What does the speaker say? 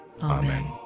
Amen